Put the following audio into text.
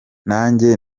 nanjye